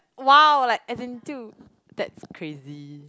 !wow! like as in too that's crazy